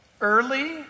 Early